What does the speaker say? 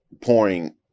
pouring